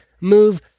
move